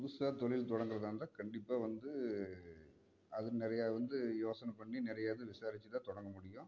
புதுசாக தொழில் தொடங்குறதாக இருந்தால் கண்டிப்பாக வந்து அது நிறையா வந்து யோசனை பண்ணி நிறையா இது விசாரித்து தான் தொடங்க முடியும்